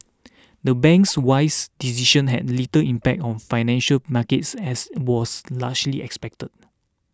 the bank's wise decision had little impact on financial markets as was largely expected